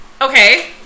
Okay